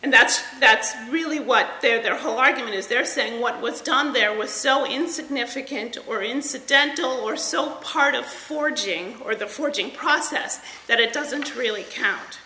and that's that's really what their whole argument is they're saying what was done there was so insignificant or incidental or so part of forging or the forging process that it doesn't really count